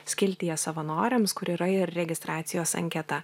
skiltyje savanoriams kur yra ir registracijos anketa